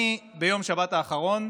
אני, ביום שבת האחרון,